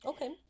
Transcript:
Okay